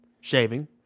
shaving